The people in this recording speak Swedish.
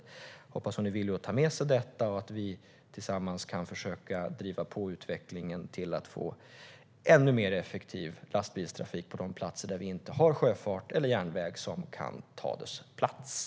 Jag hoppas att hon är villig att ta med sig detta och att vi tillsammans kan försöka driva på utvecklingen för att få en ännu mer effektiv lastbilstrafik på de platser där vi inte har sjöfart eller järnväg som kan ta dess plats.